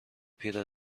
پیره